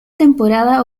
temporada